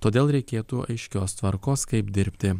todėl reikėtų aiškios tvarkos kaip dirbti